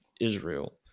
Israel